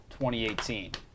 2018